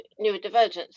neurodivergence